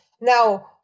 Now